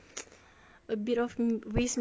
a bit of waste manpower pula